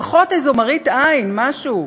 לפחות איזה מראית עין, משהו.